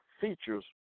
features